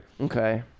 Okay